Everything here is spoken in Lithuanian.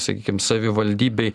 sakykim savivaldybei